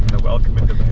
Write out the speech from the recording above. a welcome in